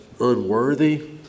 unworthy